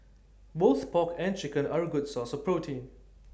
both pork and chicken are A good source of protein